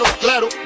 claro